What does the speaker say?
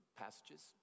passages